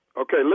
Okay